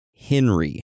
Henry